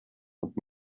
und